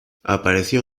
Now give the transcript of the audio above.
apareció